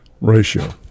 ratio